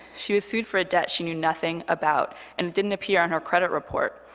she was sued for a debt she knew nothing about, and it didn't appear on her credit report.